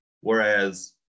whereas